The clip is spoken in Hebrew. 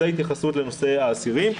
זו ההתייחסות לנושא האסירים.